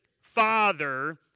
father